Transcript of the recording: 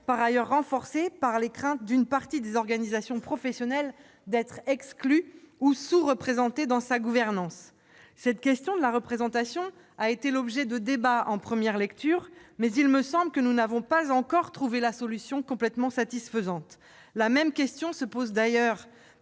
par ailleurs renforcée par les craintes d'une partie des organisations professionnelles d'être exclues ou sous-représentées dans sa gouvernance. Cette question de la représentation a été l'objet de débats en première lecture, mais il me semble que nous n'avons pas encore trouvé de solution parfaitement satisfaisante. La même question se pose d'ailleurs